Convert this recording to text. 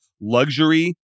luxury